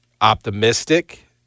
optimistic